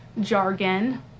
jargon